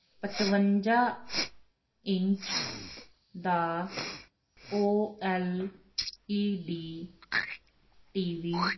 ਪਚਵੰਜਾ ਇੰਚ ਦਾ OLED TV